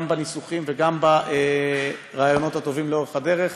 גם בניסוחים וגם ברעיונות טובים לאורך הדרך.